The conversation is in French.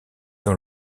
dans